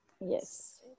Yes